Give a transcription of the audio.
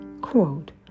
Quote